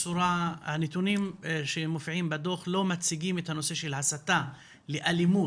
כי הנתונים שמופיעים בדוח לא מציגים את הנושא של הסתה לאלימות,